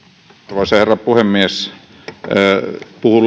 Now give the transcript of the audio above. arvoisa herra puhemies puhun